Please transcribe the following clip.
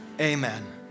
Amen